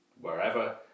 wherever